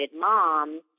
mom